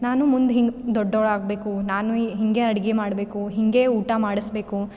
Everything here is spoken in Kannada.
ನಾನು ಮುಂದೆ ಹಿಂಗೆ ದೊಡ್ಡೋಳು ಆಗಬೇಕು ನಾನು ಹಿಂಗೆ ಅಡ್ಗೆ ಮಾಡಬೇಕು ಹಿಂಗೆ ಊಟ ಮಾಡಿಸಬೇಕು